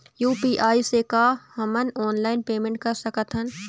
UPI से का हमन ऑनलाइन पेमेंट कर सकत हन?